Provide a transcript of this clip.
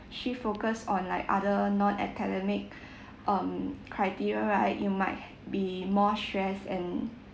shift focus on like other non academic um criteria right you might be more stress and